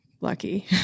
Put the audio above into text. lucky